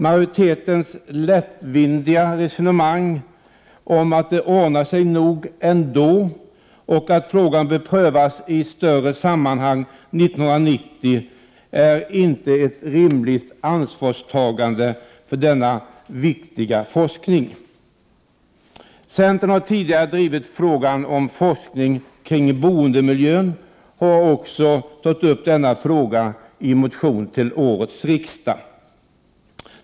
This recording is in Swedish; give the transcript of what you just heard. Majoritetens lättvindiga resonemang om att det ordnar sig nog ändå och att frågan bör prövas i ett större sammanhang 1990 är inte ett rimligt ansvarstagande för denna viktiga forskning. Centern har tidigare drivit frågan om forskning kring boendemiljön och även tagit upp denna fråga i motion till årets riksdag.